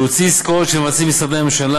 להוציא עסקאות שמבצעים משרדי הממשלה,